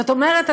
זאת אומרת,